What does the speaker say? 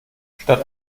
statt